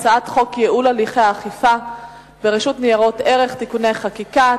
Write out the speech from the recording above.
הצעת חוק ייעול הליכי האכיפה ברשות ניירות ערך (תיקוני חקיקה),